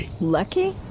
Lucky